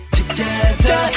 together